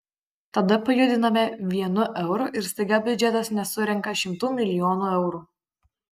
tada pajudiname vienu euru ir staiga biudžetas nesurenka šimtų milijonų eurų